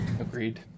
Agreed